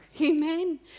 amen